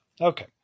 Okay